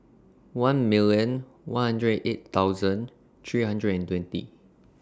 one million one hundred and eight thousand three hundred and twenty